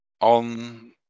on